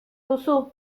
duzu